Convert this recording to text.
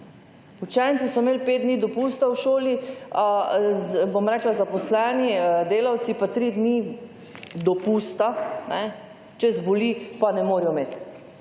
Učenci so imeli 5 dni dopusta v šoli, bom rekla, zaposleni delavci pa 3 dni dopusta, če zboli, pa ne morejo imeti,